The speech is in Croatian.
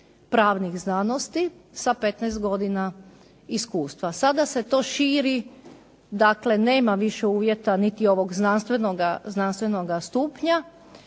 pravnih znanosti sa 15 godina iskustva. Sada se to širi, dakle, nema više uvjeta niti ovog znanstvenoga stupnja,